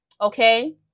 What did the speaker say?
Okay